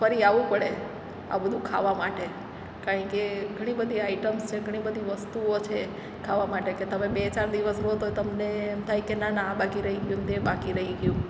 ફરી આવવું પડે આ બધું ખાવા માટે કારણ કે ઘણી બધી આઈટમ્સ છે ઘણી બધી વસ્તુઓ છે ખાવા માટે કે તમે બે ચાર દિવસ રહો તોય તમને એમ થાય કે ના ના આ બાકી રહી ગયું ને તે બાકી રી ગયું